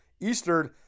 Eastern –